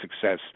success